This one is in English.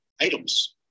items